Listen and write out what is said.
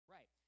Right